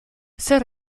zer